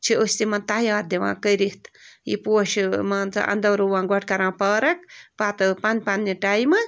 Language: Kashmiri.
چھِ أسۍ یِمن تَیار دِوان کٔرِتھ یہِ پوشہٕ مان ژٕ انٛدو رُوان گۄڈٕ کَران پارک پتہٕ پن پنٛنہِ ٹایمہٕ